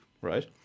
right